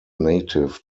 native